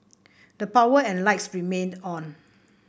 the power and lights remained on